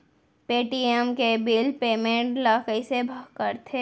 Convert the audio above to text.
Paytm के bill payment ल कइसे करथे?